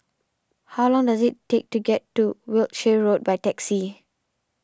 how long does it take to get to Wiltshire Road by taxi